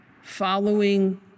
following